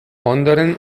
ondoren